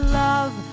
love